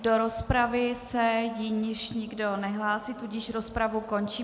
Do rozpravy se již nikdo nehlásí, tudíž rozpravu končím.